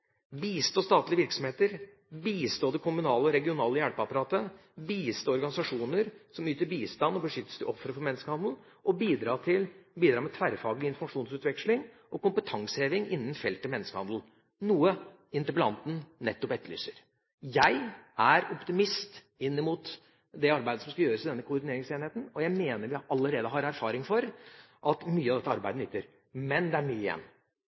bistå statlige virksomheter bistå det kommunale og regionale hjelpeapparatet bistå organisasjoner som yter bistand og beskyttelse til ofre for menneskehandel bidra med tverrfaglig informasjonsutveksling og kompetanseheving innen feltet menneskehandel Dette er nettopp noe interpellanten etterlyser. Jeg er optimist når det gjelder det arbeidet som skal gjøres i denne koordineringsenheten, og jeg mener vi allerede har erfart at mye av dette arbeidet nytter. Men det er mye igjen.